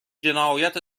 جنایت